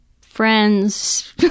friends